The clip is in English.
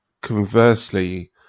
conversely